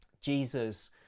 Jesus